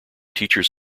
teachers